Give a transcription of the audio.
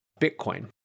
Bitcoin